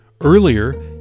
Earlier